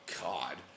God